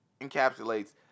encapsulates